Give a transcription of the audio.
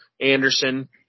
Anderson